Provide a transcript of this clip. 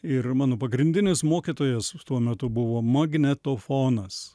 ir mano pagrindinis mokytojas tuo metu buvo magnetofonas